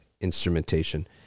instrumentation